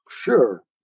Sure